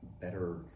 better